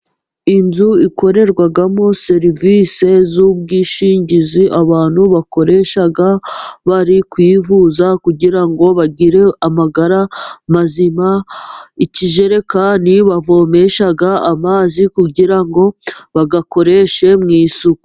Inzu ikorerwamo serivisi z'ubwishingizi, abantu bakoresha bari kwivuza kugira ngo bagire amagara mazima. Ikijekani bavomesha amazi kugira ngo bayakoreshe mu isuku.